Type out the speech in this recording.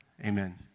Amen